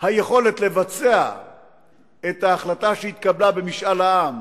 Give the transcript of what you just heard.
היכולת לבצע את ההחלטה שהתקבלה במשאל העם